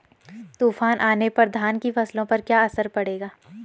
तूफान आने पर धान की फसलों पर क्या असर पड़ेगा?